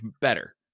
better